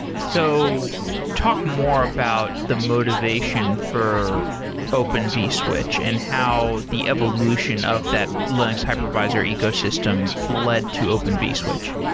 so talk more about the motivation for open vswitch and how the evolution of that linux hypervisor ecosystem led to open vswitch.